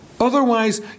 Otherwise